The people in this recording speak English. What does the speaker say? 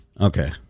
Okay